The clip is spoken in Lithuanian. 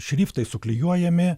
šriftai suklijuojami